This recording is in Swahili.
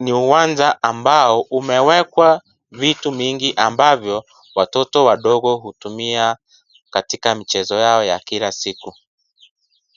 ni uwanja wa mbao umewekwa vitu mingi ambavyo watoto wadogo hutumia katika mchezo Yao ya kila siku.